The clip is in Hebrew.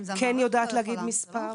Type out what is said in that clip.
מערכת החינוך כן יודעת להגיד מספר.